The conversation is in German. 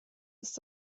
ist